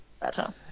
better